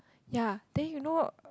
ya then you know